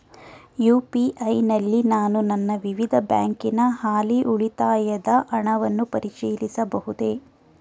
UPI ನಲ್ಲಿ ನಾನು ನನ್ನ ವಿವಿಧ ಬ್ಯಾಂಕಿನ ಹಾಲಿ ಉಳಿತಾಯದ ಹಣವನ್ನು ಪರಿಶೀಲಿಸಬಹುದೇ?